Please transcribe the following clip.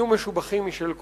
יהיו משובחים משל קודמיו.